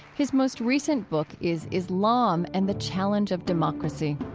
his most recent book is islam and the challenge of democracy.